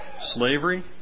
Slavery